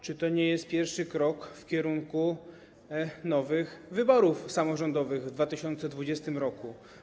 Czy to nie jest pierwszy krok w kierunku nowych wyborów samorządowych w 2020 r.